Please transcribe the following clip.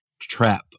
trap